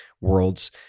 worlds